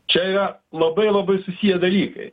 čia yra labai labai susiję dalykai